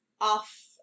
off